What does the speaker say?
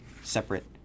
separate